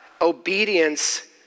obedience